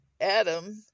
Adam